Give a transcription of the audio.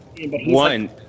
One